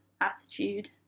attitude